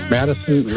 Madison